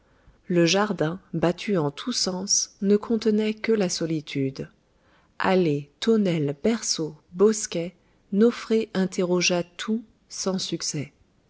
le jardin battu en tous sens ne contenait que la solitude allées tonnelles berceaux bosquets nofré interrogea tout sans succès